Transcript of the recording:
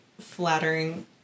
flattering